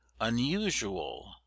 unusual